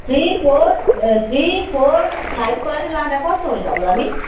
three four three four फाइभकोलाई चाहिँ लाँदा कस्तो हुन्छ होला मिस